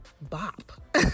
bop